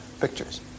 pictures